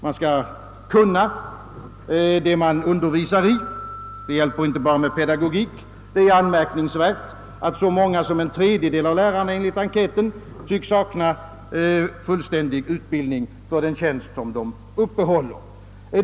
Man måste behärska det ämne som man undervisar i. Det hjälper inte bara med pedagogik. Det är anmärkningsvärt att så många som en tredjedel av lärarna enligt enkäten tycks sakna fullständig utbildning för den tjänst som de uppehåller.